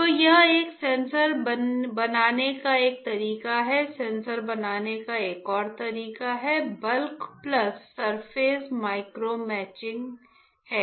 तो यह एक सेंसर बनाने का एक तरीका है सेंसर बनाने का एक और तरीका है bulk plus surface micro machining है